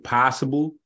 possible